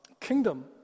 kingdom